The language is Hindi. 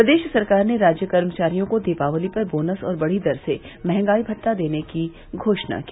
प्रदेश सरकार ने राज्य कर्मचारियों को दीपावली पर बोनस और बढ़ी दर से महंगाई भत्ता देने की घोषणा की